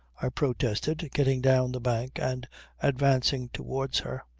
i protested getting down the bank and advancing towards her.